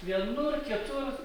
vienur kitur